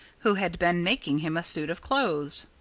who had been making him a suit of clothes.